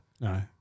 no